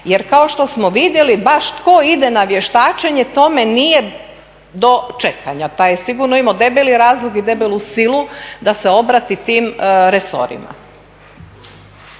jer kao što smo vidjeli baš tko ide na vještačenje, tome nije do čekanja, taj je sigurno imao debeli razlog i debelu silu da se obrati tim resorima.